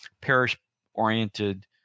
parish-oriented